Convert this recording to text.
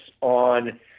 on